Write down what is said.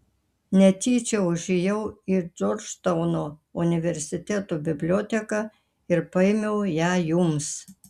netyčia užėjau į džordžtauno universiteto biblioteką ir paėmiau ją jums